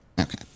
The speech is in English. Okay